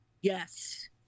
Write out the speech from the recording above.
Yes